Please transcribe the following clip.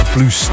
Blue